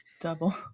double